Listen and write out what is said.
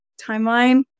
timeline